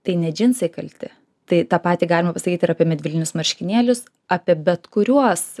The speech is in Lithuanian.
tai ne džinsai kalti tai tą patį galima pasakyt ir apie medvilninius marškinėlius apie bet kuriuos